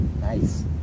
nice